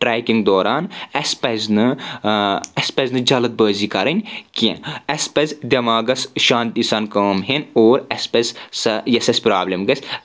trekking دوران اَسہِ پزِ نہٕ اسہِ پزِ نہٕ جلٕدبٲزی کرٕنۍ کینٛہہ اَسہِ پزِ دٮ۪ماغس شانتی سان کٲم ہٮ۪نۍ اور اَسہِ پزِ یۄس اَسہِ پرابلم گژھِ